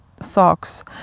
socks